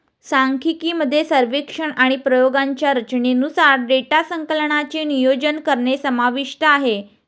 सांख्यिकी मध्ये सर्वेक्षण आणि प्रयोगांच्या रचनेनुसार डेटा संकलनाचे नियोजन करणे समाविष्ट आहे